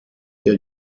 der